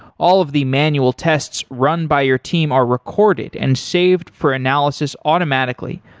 all of the manual tests run by your team are recorded and saved for analysis automatically.